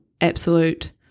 absolute